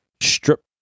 strip